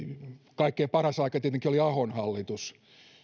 kaikkein paras aika tietenkin oli ahon hallitus